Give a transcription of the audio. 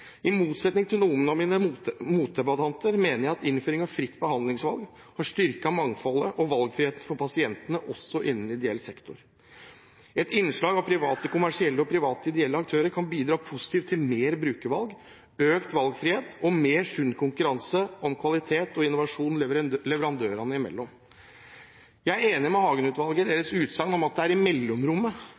I motsetning til noen av mine motdebattanter, mener jeg at innføring av fritt behandlingsvalg har styrket mangfoldet og valgfriheten for pasientene, også innen ideell sektor. Et innslag av private kommersielle og private ideelle aktører kan bidra positivt til mer brukervalg, økt valgfrihet og mer sunn konkurranse om kvalitet og innovasjon leverandørene imellom. Jeg er enig med Hagen-utvalget i deres utsagn om at det er i mellomrommet